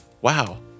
wow